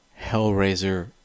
Hellraiser